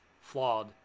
flawed